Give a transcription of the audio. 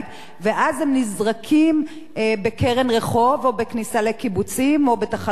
ואז הם נזרקים בקרן רחוב או בכניסה לקיבוצים או בתחנות דלק,